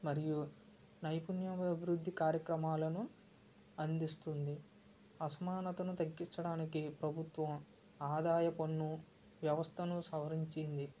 మరియు నైపుణ్యం అభివృద్ధి కార్యక్రమాలను అందిస్తుంది అసమానతను తగ్గించడానికి ప్రభుత్వం ఆదాయ పన్ను వ్యవస్థను సవరించింది